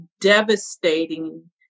devastating